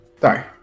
sorry